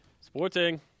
Sporting